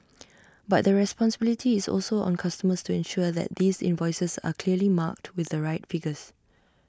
but the responsibility is also on customers to ensure that these invoices are clearly marked with the right figures